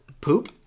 poop